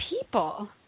people